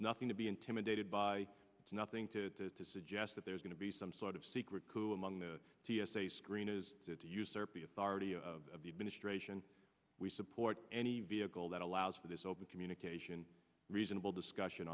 nothing to be intimidated by nothing to suggest that there's going to be some sort of secret coup among the t s a screeners to usurp the authority of the administration we support any vehicle that allows for this open communication reasonable discussion